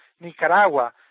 Nicaragua